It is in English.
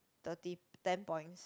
thirty ten points